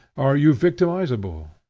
are you victimizable